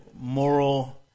moral